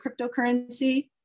cryptocurrency